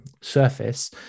surface